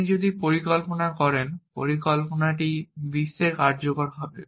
আপনি যদি একটি পরিকল্পনা করেন পরিকল্পনাটি বিশ্বে কার্যকর হবে